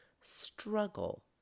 struggle